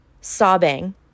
sobbing